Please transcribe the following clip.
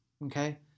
Okay